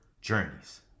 journeys